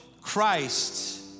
Christ